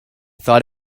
thought